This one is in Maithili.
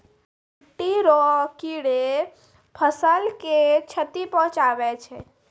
मिट्टी रो कीड़े फसल के क्षति पहुंचाबै छै